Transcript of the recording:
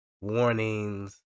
warnings